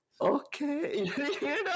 Okay